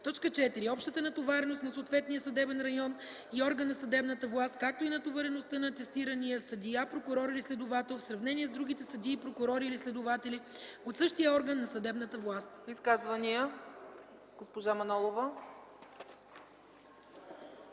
съвет; 4. общата натовареност на съответния съдебен район и орган на съдебната власт, както и натовареността на атестирания съдия, прокурор или следовател в сравнение с другите съдии, прокурори или следователи от същия орган на съдебната власт.” ПРЕДСЕДАТЕЛ